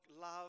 love